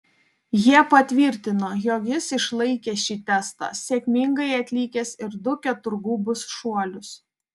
jie patvirtino jog jis išlaikė šį testą sėkmingai atlikęs ir du keturgubus šuolius